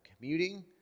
commuting